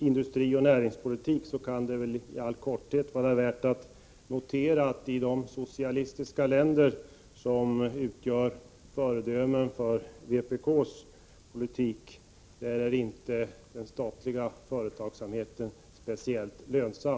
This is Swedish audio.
Herr talman! När det gäller kommunistisk energioch näringspolitik kan det väl i all korthet vara värt att notera att i de socialistiska länder som utgör föredömen för vpk:s politik är den statliga företagsamheten inte speciellt lönsam.